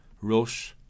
Rosh